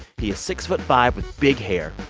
he is six foot five with big hair.